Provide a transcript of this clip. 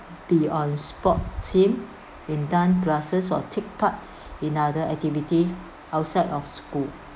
be on sport team in dance classes or take part in other activity outside of school